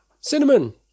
Cinnamon